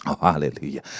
Hallelujah